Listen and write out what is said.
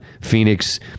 Phoenix